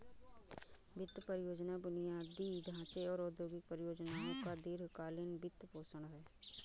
वित्त परियोजना बुनियादी ढांचे और औद्योगिक परियोजनाओं का दीर्घ कालींन वित्तपोषण है